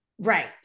Right